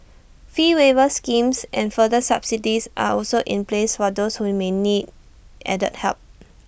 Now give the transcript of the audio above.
fee waiver schemes and further subsidies are also in place for those who may need added help